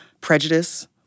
prejudice